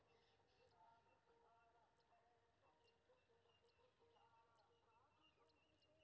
चालु खाता में कम से कम कतेक राशि रहबाक चाही?